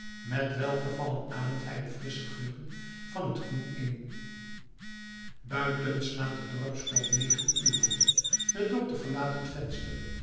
met welgevallen ademt hij de frissche geuren van het groen in buiten slaat de dorpsklok negen uren de dokter verlaat het venster